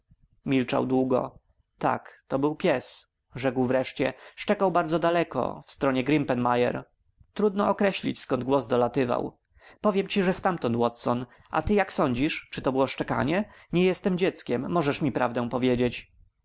milczał długo tak to był pies rzekł wreszcie szczekał bardzo daleko w stronie grimpen mire trudno określić skąd głos dolatywał powiadam ci że stamtąd watson a ty jak sądzisz czy to było szczekanie nie jestem dzieckiem możesz mi prawdę powiedzieć